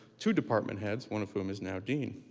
two department heads, one of whom is now dean.